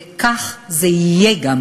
וכך גם יהיה.